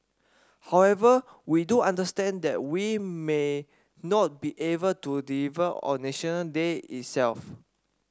however we do understand that we may not be able to deliver on National Day itself